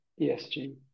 ESG